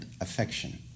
affection